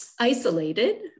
isolated